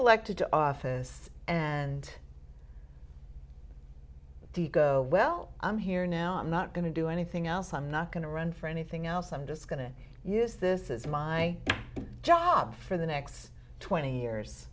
elected to office and the go well i'm here now i'm not going to do anything else i'm not going to run for anything else i'm just going to use this is my job for the next twenty years